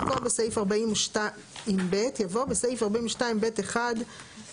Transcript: במקום "בסעיף 42(ב)" יבוא "בסעיף 42(ב1)(2)".